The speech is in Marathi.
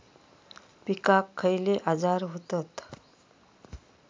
पिकांक खयले आजार व्हतत?